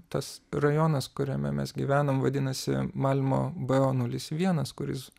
tas rajonas kuriame mes gyvenam vadinasi malmo b o nulis vienas kuris